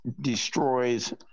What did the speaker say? destroys